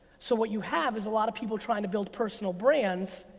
so what you have is a lot of people trying to build personal brands.